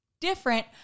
different